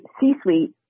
C-suite